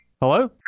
Hello